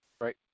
Right